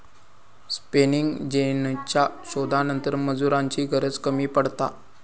spinning जेनीच्या शोधानंतर मजुरांची गरज कमी पडता